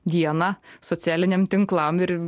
dieną socialiniam tinklam ir